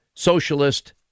socialist